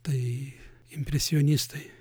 tai impresionistai